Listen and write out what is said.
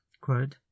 quote